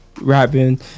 Rapping